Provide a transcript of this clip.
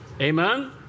Amen